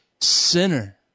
sinner